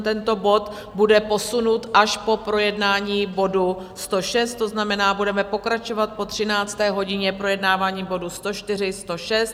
Tento bod bude posunut až po projednání bodu 106, to znamená, budeme pokračovat po 13. hodině projednáváním bodů 104, 106.